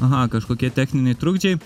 aha kažkokie techniniai trukdžiai